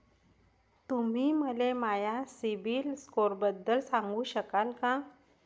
तुम्ही मले माया सीबील स्कोअरबद्दल सांगू शकाल का?